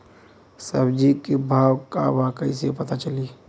सब्जी के भाव का बा कैसे पता चली?